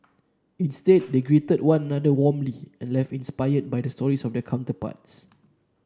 instead they greeted one another warmly and left inspired by the stories of their counterparts